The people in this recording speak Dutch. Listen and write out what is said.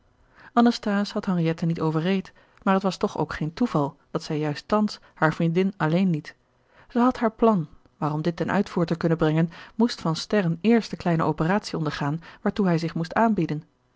anasthase had henriette niet overreed maar het was toch ook geen toeval dat zij juist thans hare vriendin alleen liet zij had haar plan maar om dit ten uitvoer te kunnen brengen moest van sterren eerst de kleine operatie ondergaan waartoe hij zich moest aanbieden